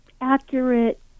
accurate